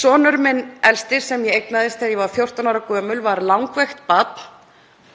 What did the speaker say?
sonur minn sem ég eignaðist þegar ég var 14 ára gömul var langveikt barn.